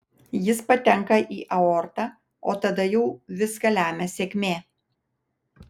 jis patenka į aortą o tada jau viską lemia sėkmė